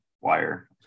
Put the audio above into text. wire